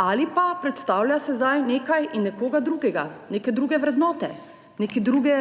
ali pa predstavlja sedaj nekaj in nekoga drugega, neke druge vrednote, neke druge